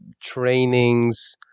trainings